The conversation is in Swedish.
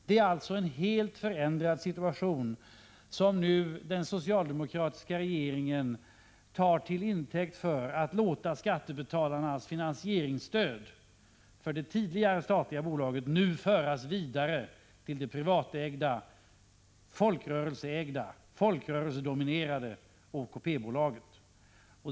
Det är alltså en helt förändrad situation som den socialdemokratiska regeringen nu tar till intäkt för att låta skattebetalarnas finansieringsstöd för det tidigare statliga bolaget föras vidare till det privatägda, folkrörelsedominerade OKP-bolaget.